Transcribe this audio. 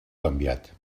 canviat